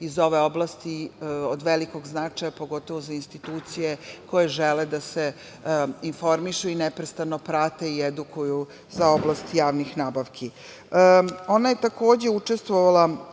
iz ove oblasti koji je od velikog značaja, pogotovo za institucije koje žele da se informišu i neprestano prate i edukuju za oblast javnih nabavki. Ona je, takođe, učestvovala